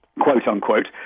quote-unquote